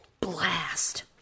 blast